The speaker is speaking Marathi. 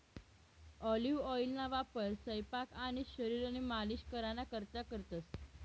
ऑलिव्ह ऑइलना वापर सयपाक आणि शरीरनी मालिश कराना करता करतंस